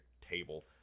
table